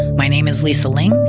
my name is lisa ling.